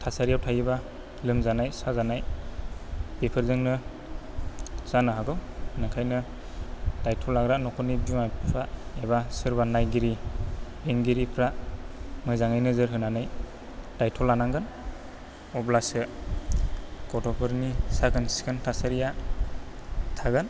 थासारियाव थायोबा लोमजानाय साजानाय बेफोरजोंनो जानो हागौ ओंखायनो दायथ' लाग्रा नखरनि बिमा बिफा एबा सोरबा नायगिरि बेंगिरिफ्रा मोजाङै नोजोर होनानै दायथ' लानांगोन अब्लासो गथ'फोरनि साखोन सिखोन थासारिया थागोन